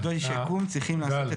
ונותני שיקום צריכים לתת המענה --- גל,